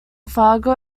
fargo